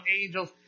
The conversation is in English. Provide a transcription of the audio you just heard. angels